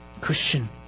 Christian